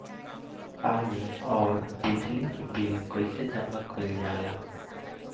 पानी और बिजली के बिल कइसे जमा कइल जाला?